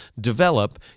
develop